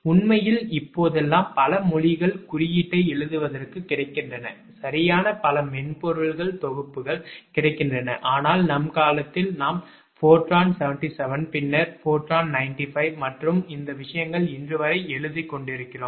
உண்மையில் இப்போதெல்லாம் பல மொழிகள் குறியீட்டை எழுதுவதற்கு கிடைக்கின்றன சரியான பல மென்பொருள் தொகுப்புகள் கிடைக்கின்றன ஆனால் நம் காலத்தில் நாம் ஃபோர்ட்ரான் 77 பின்னர் ஃபோர்ட்ரான் 95 மற்றும் அந்த விஷயங்கள் இன்றுவரை எழுதிக் கொண்டிருக்கிறோம்